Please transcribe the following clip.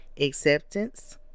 Acceptance